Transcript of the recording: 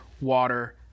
water